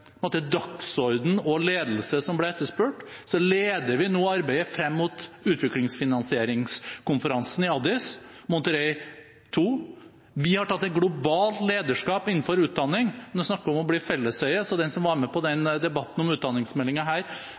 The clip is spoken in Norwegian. dagsorden og ledelse, som ble etterspurt, leder vi nå arbeidet frem mot utviklingsfinansieringskonferansen i Addis Abeba, Monterrey 2. Vi har tatt et globalt lederskap innenfor utdanning. Og når det snakkes om å bli felleseie, har de som var med på debatten om utdanningsmeldingen her